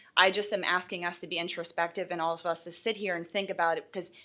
i just am asking us to be introspective and all of us to sit here and think about it because,